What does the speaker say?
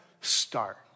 start